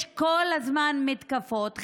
יש כל הזמן מתקפות.